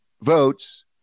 votes